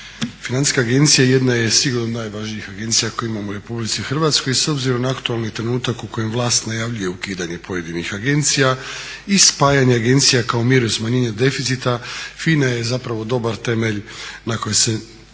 Financijska agencija jedna je od sigurno najvažnijih agencija koje imamo u RH s obzirom na aktualni trenutak u kojem vlast najavljuje ukidanje pojedinih agencija i spajanje agencija kao mjeru smanjenja deficita, FINA je zapravo dobar temelj na koji se